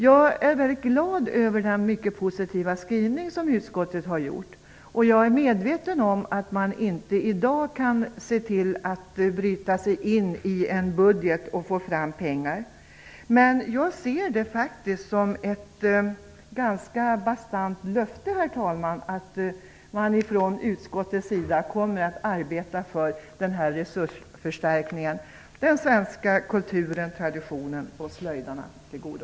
Jag är väldigt glad över utskottets mycket positiva skrivning, och jag är medveten om att man i dag inte kan så att säga bryta sig in i en budget för att få fram pengar. Men jag ser det faktiskt, herr talman, som ett ganska bastant löfte att man från utskottets sida kommer att arbeta för den här resursförstärkningen - den svenska kulturen, traditionen och slöjdarna till godo.